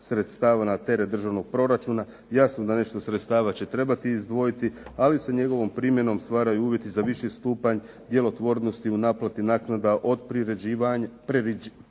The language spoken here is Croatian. sredstava na teret državnog proračuna. Jasno da nešto sredstava će trebati izdvojiti, ali se njegovom primjenom stvaraju uvjeti za viši stupanj djelotvornosti u naplati naknada od priređivanja